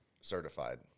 certified